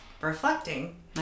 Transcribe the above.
reflecting